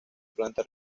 planta